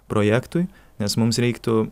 projektui nes mums reiktų